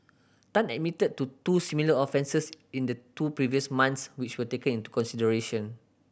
Tan admitted to two similar offences in the two previous months which were taken into consideration